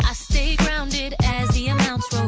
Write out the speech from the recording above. ah stayed grounded as the amounts